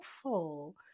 awful